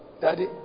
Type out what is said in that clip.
Daddy